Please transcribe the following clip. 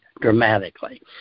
dramatically